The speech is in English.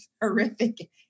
horrific